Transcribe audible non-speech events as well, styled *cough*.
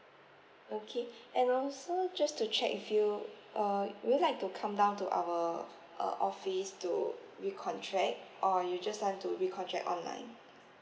okay *breath* and also just to check if you uh you would like to come down to our uh office to recontract or you just want to recontract online